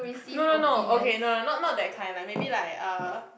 no no no okay no no not that kind maybe like uh